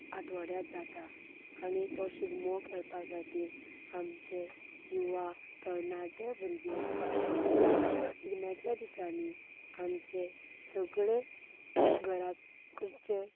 आठवड्यांत जाता आनी तो शिगमो खेळपा खातीर आमचे युवा तरणाटे भुरगे वता शिगम्याच्या दिसांनी आमचे सगळे घरा कडचे